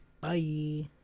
bye